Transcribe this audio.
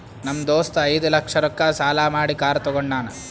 ನಮ್ ದೋಸ್ತ ಐಯ್ದ ಲಕ್ಷ ರೊಕ್ಕಾ ಸಾಲಾ ಮಾಡಿ ಕಾರ್ ತಗೊಂಡಾನ್